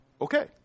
okay